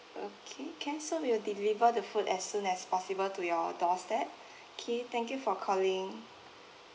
okay can so we will deliver the food as soon as possible to your doorstep okay thank you for calling